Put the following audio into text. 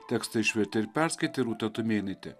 tekstą išvertė ir perskaitė rūta tumėnaitė